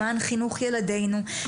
למען חינוך ילדינו,